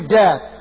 death